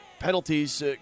penalties